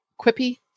quippy